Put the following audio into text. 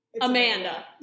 Amanda